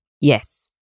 Yes